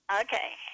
Okay